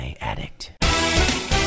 addict